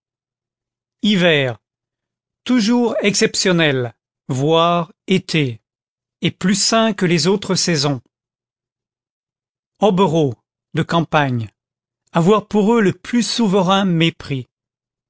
hiver toujours exceptionnel v été est plus sain que les autres saisons hobereaux de campagne avoir pour eux le plus souverain mépris